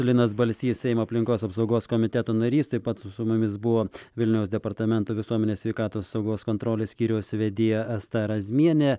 linas balsys seimo aplinkos apsaugos komiteto narys taip pat su su mumis buvo vilniaus departamento visuomenės sveikatos saugos kontrolės skyriaus vedėja asta razmienė